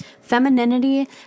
Femininity